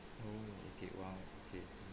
oh okay !wow! okay